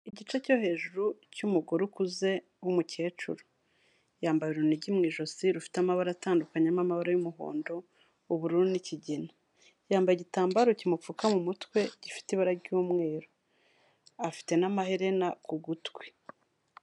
Igice cyo hejuru cy'umugore ukuze w'umukecuru, yambaye urunigi mu ijosi rufite amabara atandukanye harimo: amabara y'umuhondo, ubururu n'ikigina, yambaye igitambaro kimupfuka mu mutwe gifite ibara ry'umweru, afite n'amaherena ku gutwi.